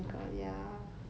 oh ya